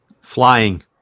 Flying